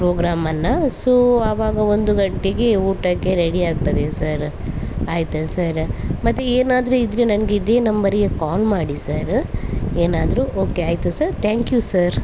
ಪ್ರೋಗ್ರಾಮನ್ನು so ಆವಾಗ ಒಂದು ಗಂಟೆಗೆ ಊಟಕ್ಕೆ ರೆಡಿ ಆಗ್ತದೆ ಸರ ಆಯಿತಾ ಸರ ಮತ್ತೆ ಏನಾದರು ಇದ್ದರೆ ನನಗೆ ಇದೇ ನಂಬರಿಗೆ ಕಾಲ್ ಮಾಡಿ ಸರ ಏನಾದರು ಓಕೆ ಆಯಿತಾ ಸರ ಥ್ಯಾಂಕ್ ಯು ಸರ್